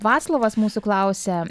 vaclovas mūsų klausia